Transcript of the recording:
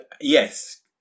yes